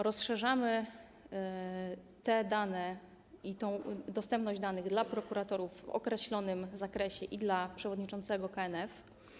Rozszerzamy tę dostępność danych dla prokuratorów w określonym zakresie i dla przewodniczącego KNF.